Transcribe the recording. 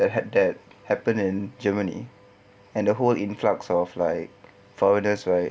that had that happen in germany and the whole influx of like foreigners right